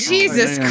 Jesus